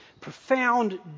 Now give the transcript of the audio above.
profound